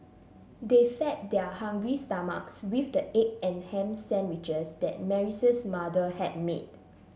they fed their hungry stomachs with the egg and ham sandwiches that Mary's mother had made